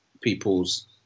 people's